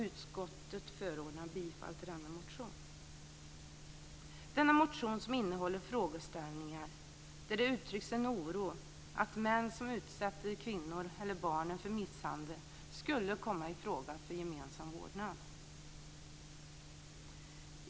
Utskottet föreslår bifall till denna motion. Denna motion innehåller frågeställningar där det uttrycks en oro för att män som utsätter kvinnor eller barn för misshandel skulle kunna komma i fråga för gemensam vårdnad.